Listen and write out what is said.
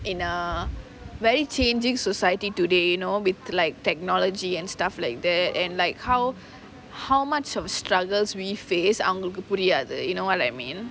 in a very changing society today you know with like technology and stuff like that and like how how much of struggles we face அவங்களுக்கு புரியாது:avangaluku puriyaathu you know what I mean